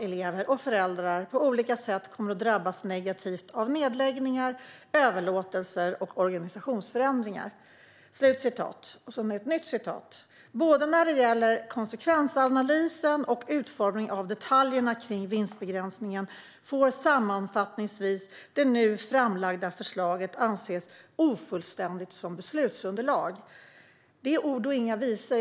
elever och föräldrar på olika sätt kommer att drabbas negativt av t.ex. nedläggningar, överlåtelser och organisationsförändringar." Vidare: "Både när det gäller konsekvensanalysen och utformningen av detaljerna kring vinstbegränsningen får, sammanfattningsvis, det nu framlagda förslaget anses ofullständigt som beslutsunderlag." Det är ord och inga visor.